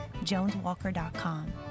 JonesWalker.com